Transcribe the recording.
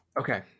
Okay